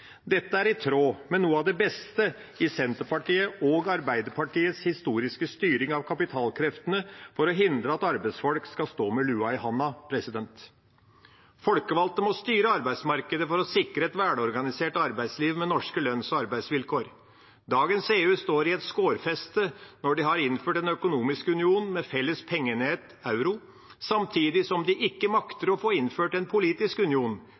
Dette er i tråd med noe av det beste i Senterpartiets og Arbeiderpartiets historiske styring av kapitalkreftene for å hindre at arbeidsfolk skal stå med lua i handa. Folkevalgte må styre arbeidsmarkedet for å sikre et velorganisert arbeidsliv med norske lønns- og arbeidsvilkår. Dagens EU står i et skårfeste når de har innført en økonomisk union med felles pengeenhet, euro, samtidig som de ikke makter å få innført en politisk union,